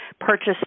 purchase